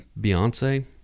Beyonce